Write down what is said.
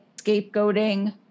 scapegoating